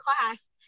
class